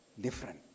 different